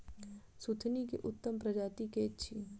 सुथनी केँ उत्तम प्रजाति केँ अछि?